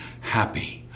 happy